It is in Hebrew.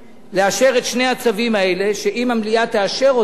לאשר את שני הצווים האלה, שאם המליאה תאשר אותם,